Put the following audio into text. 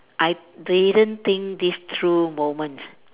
I didn't think this through moment